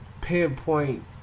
pinpoint